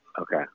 Okay